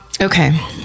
Okay